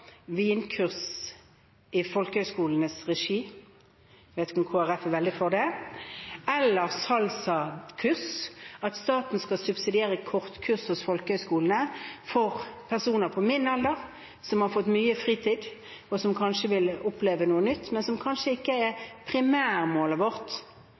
vinkurs i folkehøyskolenes regi – jeg vet ikke om Kristelig Folkeparti er veldig for det – eller for salsakurs. At staten skal subsidiere kortkurs hos folkehøyskolene for personer på min alder som har fått mye fritid, og som kanskje vil oppleve noe nytt, er kanskje ikke primærmålet vårt